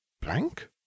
Blank